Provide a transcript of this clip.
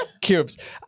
cubes